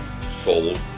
sold